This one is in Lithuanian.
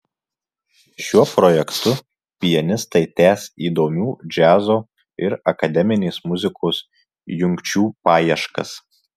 šiuo projektu pianistai tęs įdomių džiazo ir akademinės muzikos jungčių paieškas